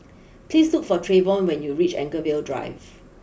please look for Trayvon when you reach Anchorvale Drive